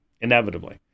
inevitably